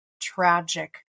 tragic